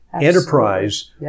enterprise